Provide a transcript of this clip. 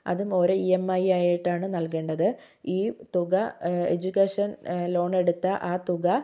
അതും ഒരു E M I ആയിട്ടാണ് നൽകേണ്ടത് ഈ തുക എജുക്കേഷൻ ലോൺ എടുത്ത ആ തുക